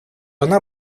она